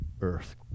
earth